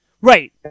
Right